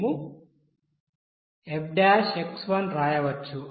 మేము వ్రాయవచ్చు